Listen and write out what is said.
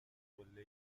قله